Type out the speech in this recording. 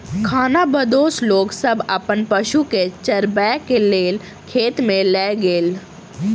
खानाबदोश लोक सब अपन पशु के चरबै के लेल खेत में लय गेल